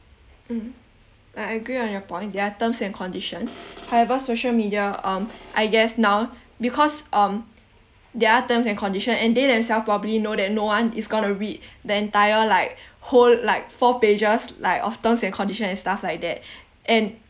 mmhmm like I agree on your point there are terms and condition however social media um I guess now because um there are terms and condition and they themself probably know that no one is gonna read the entire like whole like four pages like of terms and condition and stuff like that and